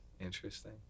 Interesting